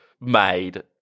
made